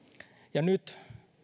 ja nyt